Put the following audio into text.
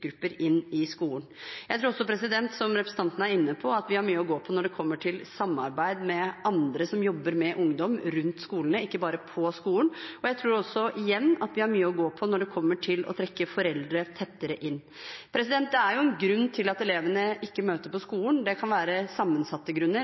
inn i skolen. Jeg tror også, som representanten er inne på, at vi har mye å gå på når det gjelder samarbeid med andre som jobber med ungdom rundt skolene, ikke bare på skolen, og jeg tror også – igjen – at vi har mye å gå på når det gjelder å trekke foreldre tettere inn. Det er jo en grunn til at elevene ikke møter på